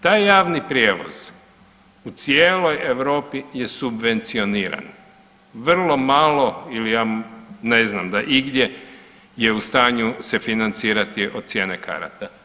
Taj javni prijevoz Europi je subvencioniran, vrlo malo ili ja ne zna da igdje je u stanju se financirati od cijene karata.